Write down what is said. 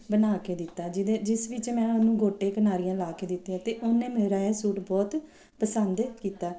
ਬਣਾ ਕੇ ਦਿੱਤਾ ਜਿਹਦੇ ਜਿਸ ਵਿੱਚ ਮੈਂ ਉਹਨੂੰ ਗੋਟੇ ਕਿਨਾਰੀਆਂਂ ਲਾ ਕੇ ਦਿੱਤੀਆਂ ਅਤੇ ਉਹਨੇ ਮੇਰਾ ਇਹ ਸੂਟ ਬਹੁਤ ਪਸੰਦ ਕੀਤਾ